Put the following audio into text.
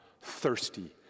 thirsty